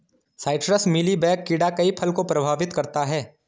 citrus mealybug कीड़ा कई फल को प्रभावित करता है